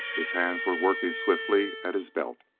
his hands were working swiftly at his belt.